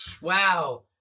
Wow